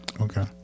Okay